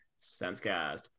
sensecast